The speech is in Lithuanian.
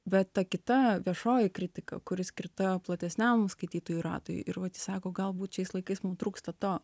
bet ta kita viešoji kritika kuri skirta platesniam skaitytojų ratui ir vat jis sako galbūt šiais laikais mums trūksta to